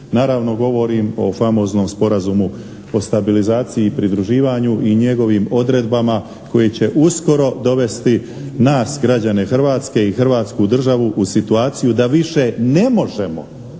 Naravno, govorim o famoznom sporazumu, o stabilizaciji i pridruživanju i njegovim odredbama koje će uskoro dovesti nas građane Hrvatske i Hrvatsku državu u situaciju da više ne možemo